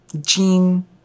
Jean